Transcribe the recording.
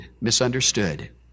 misunderstood